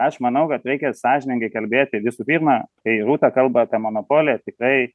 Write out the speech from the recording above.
aš manau kad reikia sąžiningai kalbėti visų pirma kai rūta kalba apie monopoliją tikrai